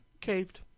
Caved